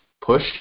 push